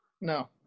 No